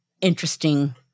interesting